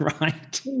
right